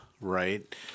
Right